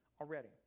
already